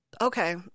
Okay